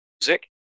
music